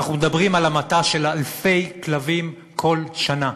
אנחנו מדברים על המתה של אלפי כלבים בכל שנה,